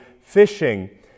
fishing